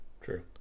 true